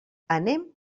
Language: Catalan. anem